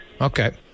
Okay